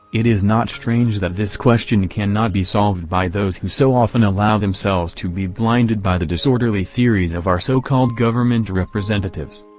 it is not strange that this question cannot be solved by those who so often allow themselves to be blinded by the disorderly theories of our so-called government representatives.